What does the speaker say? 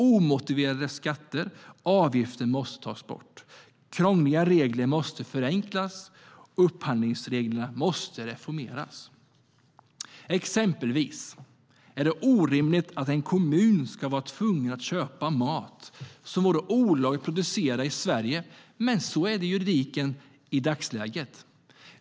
Omotiverade skatter och avgifter måste tas bort, krångliga regler måste förenklas och upphandlingsreglerna måste reformeras. Till exempel är det orimligt att en kommun ska vara tvungen att köpa mat som det vore olagligt att producera i Sverige. Men så är det i dagsläget, enligt juridiken.